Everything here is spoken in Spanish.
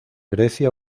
grecia